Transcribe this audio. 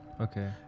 okay